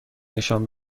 نشان